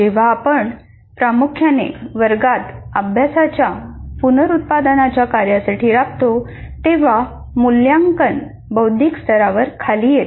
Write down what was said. जेव्हा आपण प्रामुख्याने वर्गात अभ्यासाच्या पुनरुत्पादनाच्या कार्यासाठी राबतो तेव्हा मूल्यांकन बौद्धिक स्तरावर खाली येते